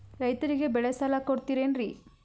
ರೈತರಿಗೆ ಬೆಳೆ ಸಾಲ ಕೊಡ್ತಿರೇನ್ರಿ?